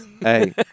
Hey